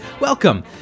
Welcome